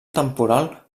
temporal